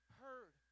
heard